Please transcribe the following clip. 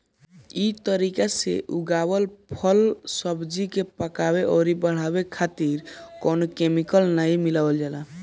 इ तरीका से उगावल फल, सब्जी के पकावे अउरी बढ़ावे खातिर कवनो केमिकल नाइ मिलावल जाला